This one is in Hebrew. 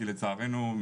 כי לצערנו,